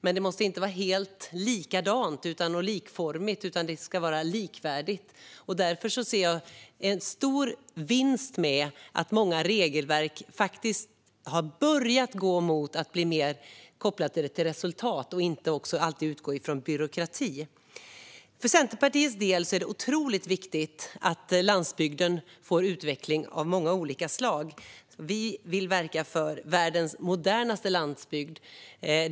Men allt måste inte vara helt likformigt, utan det ska vara likvärdigt. Därför ser jag en stor vinst med att många regelverk faktiskt har börjat bli mer kopplade till resultat och inte alltid utgår från byråkrati. För Centerpartiets del är det otroligt viktigt att landsbygden kan utvecklas på många olika sätt. Vi vill verka för världens modernaste landsbygd.